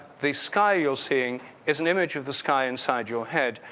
the sky you're seeing is an image of the sky inside your head.